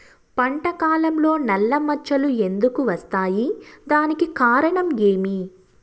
పంట కాలంలో నల్ల మచ్చలు ఎందుకు వస్తాయి? దానికి కారణం ఏమి?